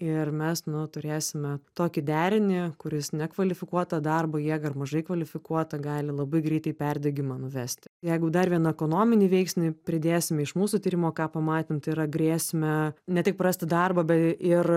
ir mes nu turėsime tokį derinį kuris nekvalifikuotą darbo jėgą ar mažai kvalifikuotą gali labai greitai į perdegimą nuvesti jeigu dar vieną ekonominį veiksnį pridėsime iš mūsų tyrimo ką pamatėm tai yra grėsmę ne tik prasti darbą be ir